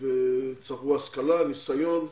צברו השכלה וניסיון,